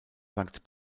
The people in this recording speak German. sankt